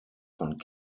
von